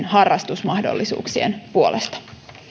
harrastusmahdollisuuksien puolesta